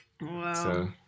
Wow